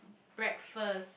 breakfast